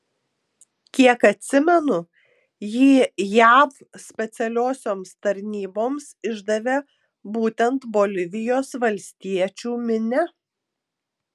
kiek atsimenu jį jav specialiosioms tarnyboms išdavė būtent bolivijos valstiečių minia